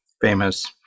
famous